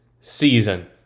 season